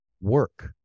work